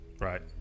Right